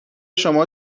شما